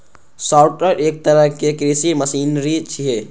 sorter एक तरहक कृषि मशीनरी छियै